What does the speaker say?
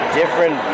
different